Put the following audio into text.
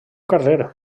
carrer